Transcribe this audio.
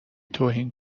توهین